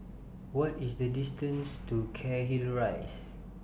What IS The distance to Cairnhill Rise